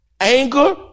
Anger